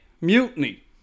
Mutiny